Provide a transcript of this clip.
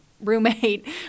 roommate